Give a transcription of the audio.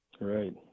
Right